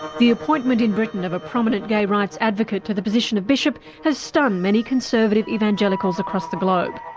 the appointment in britain of a prominent gay rights advocate to the position of bishop has stunned many conservative evangelicals across the globe.